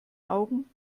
augen